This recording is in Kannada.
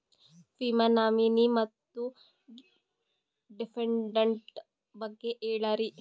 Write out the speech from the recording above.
ವಿಮಾ ನಾಮಿನಿ ಮತ್ತು ಡಿಪೆಂಡಂಟ ಬಗ್ಗೆ ಹೇಳರಿ?